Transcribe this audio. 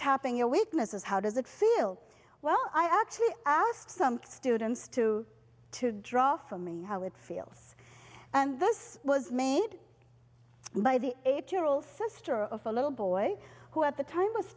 tapping your weaknesses how does it feel well i actually asked some students to to draw from me how it feels and this was made by the eight year old sister of a little boy who at the time was